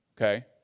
okay